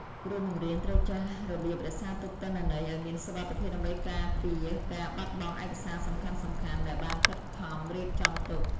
គ្រូបង្រៀនត្រូវចេះរបៀបរក្សាទុកទិន្នន័យឱ្យមានសុវត្ថិភាពដើម្បីការពារការបាត់បង់ឯកសារសំខាន់ៗដែលបានខិតខំរៀបចំរួច។